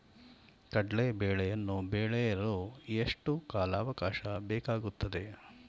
ಕಡ್ಲೆ ಬೇಳೆಯನ್ನು ಬೆಳೆಯಲು ಎಷ್ಟು ಕಾಲಾವಾಕಾಶ ಬೇಕಾಗುತ್ತದೆ?